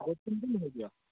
दो तीन दिन हो गया